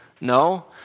No